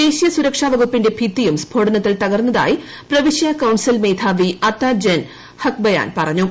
ദേശീയ സുരക്ഷ വകുപ്പിന്റെ ഭിത്തിയും സ്ഫോടനത്തിൽ തകർന്നതായി പ്രവിശ്യാ കൌൺസിൽ മേധാവി അത്ത ജൻ ഹഖ്ബയാൻ പറഞ്ഞു